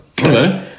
Okay